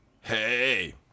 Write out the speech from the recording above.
hey